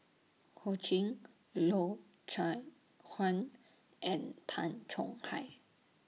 Ho Ching Loy Chye Huan and Tan Chong Hai